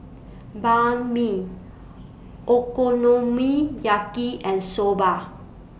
Banh MI Okonomiyaki and Soba